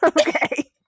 Okay